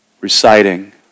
reciting